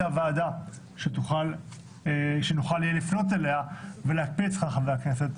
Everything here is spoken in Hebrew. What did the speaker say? וועדה שנוכל לפנות אליה על מנת לבצע זאת.